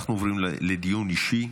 אנחנו עוברים לדיון אישי.